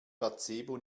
placebo